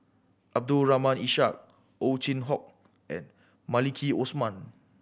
Abdul Rahim Ishak Ow Chin Hock and Maliki Osman